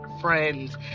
Friends